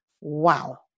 wow